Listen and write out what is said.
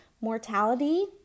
Mortality